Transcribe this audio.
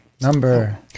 number